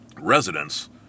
residents